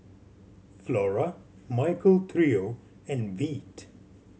Flora Michael Trio and Veet